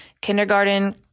kindergarten